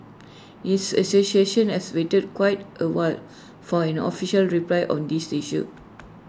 his association has waited quite A while for an official reply on these issue